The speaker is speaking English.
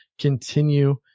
continue